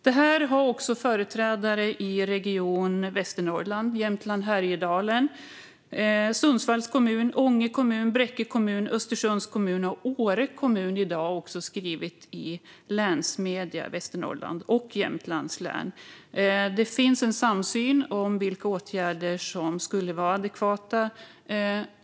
Detta har också företrädare för Region Västernorrland, Region Jämtland Härjedalen, Sundsvalls kommun, Ånge kommun, Bräcke kommun, Östersunds kommun och Åre kommun i dag skrivit om i länsmedierna i Västernorrlands och Jämtlands län. Det finns en samsyn om vilka åtgärder som skulle vara adekvata.